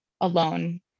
alone